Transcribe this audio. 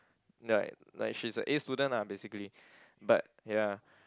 like like she's a A student lah basically but ya